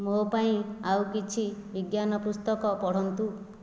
ମୋ ପାଇଁ ଆଉ କିଛି ବିଜ୍ଞାନ ପୁସ୍ତକ ପଢ଼ନ୍ତୁ